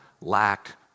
lacked